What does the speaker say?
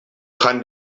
jan